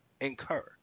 incur